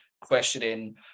questioning